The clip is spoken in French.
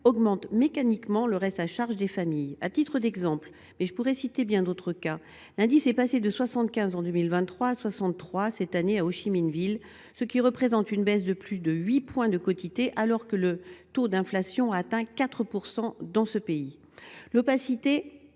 augmente mécaniquement le reste à charge des familles. À titre d’exemple, mais je pourrais citer bien d’autres cas, l’indice est passé de 75, en 2023, à 63 cette année à Hô Chi Minh Ville, ce qui représente une baisse de plus de 8 points de quotité, alors que le taux d’inflation a atteint 4 % dans le pays. L’opacité